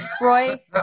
Roy